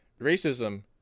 racism